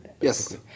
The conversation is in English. Yes